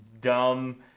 dumb